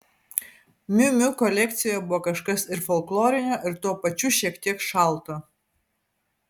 miu miu kolekcijoje buvo kažkas ir folklorinio ir tuo pačiu šiek tiek šalto